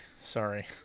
Sorry